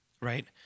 right